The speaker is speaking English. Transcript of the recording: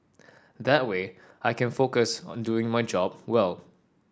that way I can focus on doing my job well